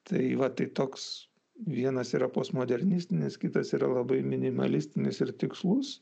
tai va tai toks vienas yra postmodernistinis kitas yra labai minimalistinis ir tikslus